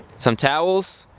some towels,